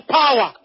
power